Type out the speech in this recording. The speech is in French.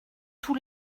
tous